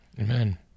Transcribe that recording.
Amen